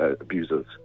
abusers